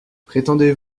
prétendez